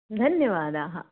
धन्यवादाः